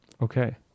Okay